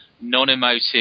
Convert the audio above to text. non-emotive